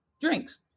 Drinks